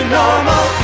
normal